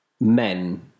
men